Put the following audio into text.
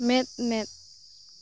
ᱢᱮᱸᱫᱼᱢᱮᱸᱫ